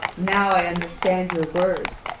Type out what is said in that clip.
now i understand your words,